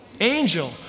angel